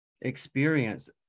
experience